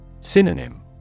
Synonym